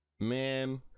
Man